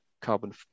carbon